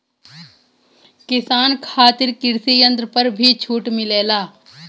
किसान खातिर कृषि यंत्र पर भी छूट मिलेला?